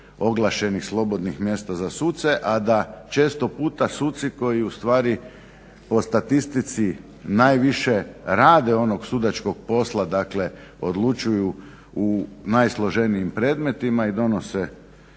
oglašenih slobodnih mjesta za suce, a da često puta suci koji ustvari po statistici najviše rade onog sudačkog posla, dakle odlučuju u najsloženijim predmetima i donose